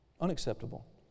Unacceptable